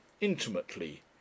intimately